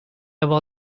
avoir